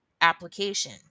application